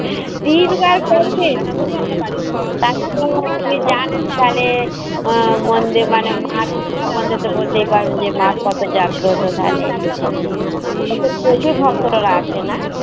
তিলপাড়ার কাছে তাহলে তাল আপনি জানেন তাহলে তাঁর সম্বন্ধে বলতে পারেন মানে মা সম্বন্ধে তো বলতেই পারেন যে মাাপপত জাগ্রত তাহলে ও প্রচুরই ভক্তরা আসে না